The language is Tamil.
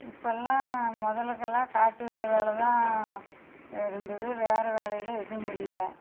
இப்போல்லாம் முதலுக்குலாம் காட்டு வேலைதான் இருந்தது வேறு வேலையெல்லாம் எதுவுமில்ல